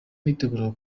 yitegura